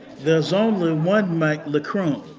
there's only one mike leckrone